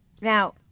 Now